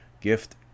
gift